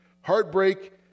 Heartbreak